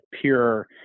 pure